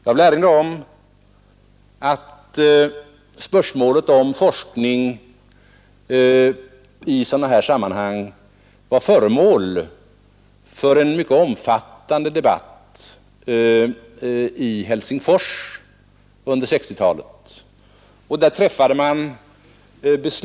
Jag vill nämna att spörsmålet om forskning i sådana här sammanhang var föremål för en mycket omfattande debatt i Helsingfors under 1960-talet.